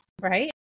Right